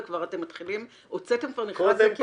ואתם כבר הוצאתם מכרז לקרן השקעות,